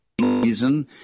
Reason